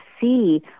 see